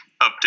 update